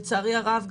לצערי הרב,